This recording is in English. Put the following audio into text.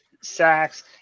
sacks